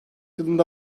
yılında